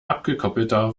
abgekoppelter